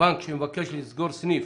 בנק שמבקש לסגור סניף,